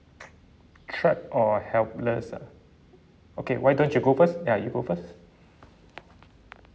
trapped or helpless ah okay why don't you go first ya you go first